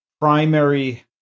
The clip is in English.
primary